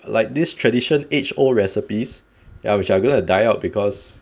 like this tradition age old recipes ya which are going to die out because